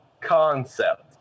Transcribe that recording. concept